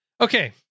Okay